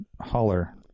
holler